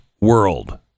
world